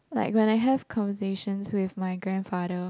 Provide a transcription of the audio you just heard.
like when I have conversations with my grand father